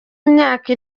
imyaka